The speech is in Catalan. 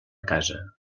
casa